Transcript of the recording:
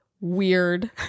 weird